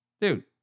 Dude